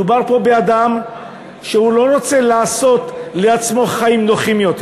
מדובר פה באדם שלא רוצה לעשות לעצמו חיים נוחים יותר.